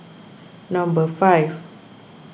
number five